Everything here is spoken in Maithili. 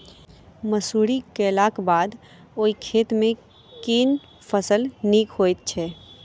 मसूरी केलाक बाद ओई खेत मे केँ फसल नीक होइत छै?